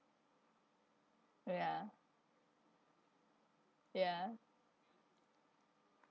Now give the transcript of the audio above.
ya ya